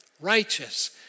righteous